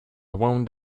wound